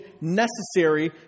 necessary